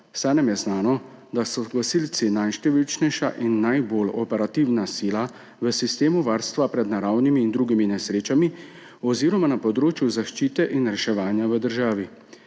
saj nam je znano, da so gasilci najštevilnejša in najbolj operativna sila v sistemu varstva pred naravnimi in drugimi nesrečami oziroma na področju zaščite in reševanja v državi.